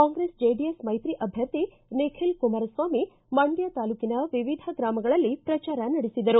ಕಾಂಗ್ರೆಸ್ ಜೆಡಿಎಸ್ ಮೈತ್ರಿ ಅಭ್ಯರ್ಥಿ ನಿಖಿಲ್ ಕುಮಾರಸ್ವಾಮಿ ಮಂಡ್ಕ ತಾಲೂಕಿನ ವಿವಿಧ ಗ್ರಾಮಗಳಲ್ಲಿ ಪ್ರಜಾರ ನಡೆಸಿದರು